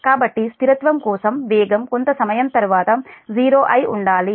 కాబట్టి స్థిరత్వం కోసం వేగం కొంత సమయం తరువాత '0' అయి ఉండాలి